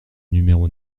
numéro